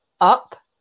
up